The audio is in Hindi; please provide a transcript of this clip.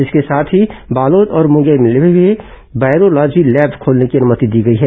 इसके साथ ही बालोद और मुंगेली में भी वायरोलॉजी लैब खोलने की अनुमति दी गई है